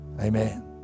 Amen